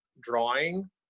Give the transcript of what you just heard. drawing